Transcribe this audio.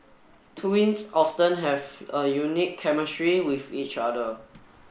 twins often have a unique chemistry with each other